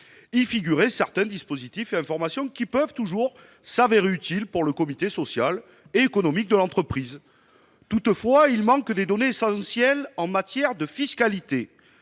figurent certains dispositifs et informations qui peuvent toujours s'avérer utiles pour le comité social et économique de l'entreprise. Toutefois, il manque des données essentielles en matière de fiscalité.